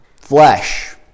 Flesh